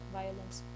violence